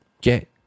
get